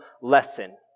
lesson